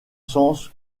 sens